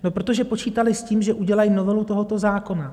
No protože počítali s tím, že udělají novelu tohoto zákona.